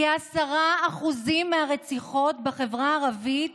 כ-10% מהרציחות בחברה הערבית